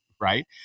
Right